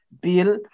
bill